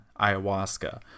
ayahuasca